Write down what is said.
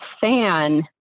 fan